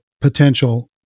potential